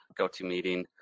GoToMeeting